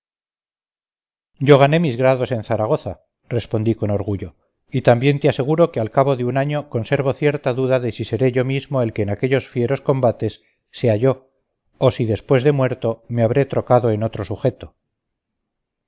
yo gané mis grados en zaragoza respondí con orgullo y también te aseguro que al cabo de un año conservo cierta duda de si seré yo mismo el que en aquellos fieros combates se halló o si después de muerto me habré trocado en otro sujeto